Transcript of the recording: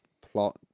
plot